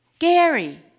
Gary